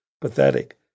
pathetic